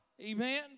Amen